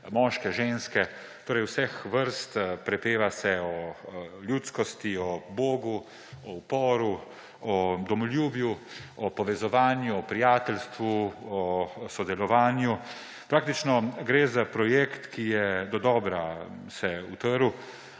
moške, ženske, torej vseh vrst. Prepeva se o ljudskosti, o bogu, uporu, domoljubju, povezovanju, prijateljstvu, sodelovanju. Praktično gre za projekt, ki se je dodobra utrl